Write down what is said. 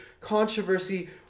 controversy